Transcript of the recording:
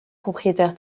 propriétaire